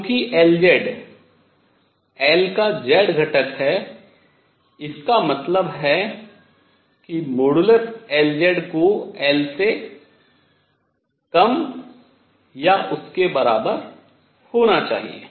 चूँकि Lz L का z घटक है इसका मतलब है कि मापांक Lz को L से कम या उसके बराबर होना चाहिए